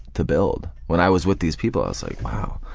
to build. when i was with these people i was like wow.